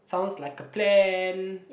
sounds like a plan